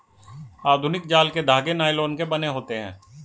आधुनिक जाल के धागे नायलोन के बने होते हैं